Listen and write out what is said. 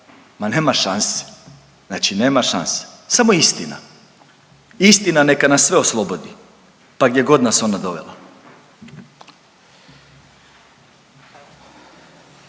ma nema šanse, znači nema šanse. Samo istina. Istina neka nas sve oslobodi pa gdje god nas ona dovela.